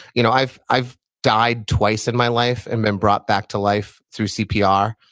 you know i've i've died twice in my life and then brought back to life through cpr.